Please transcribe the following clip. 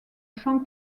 chant